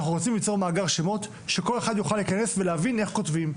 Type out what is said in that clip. אנחנו רוצים ליצור מאגר שמות שכל אחד יוכל להיכנס ולהבין איך כותבים.